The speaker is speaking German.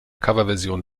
coverversion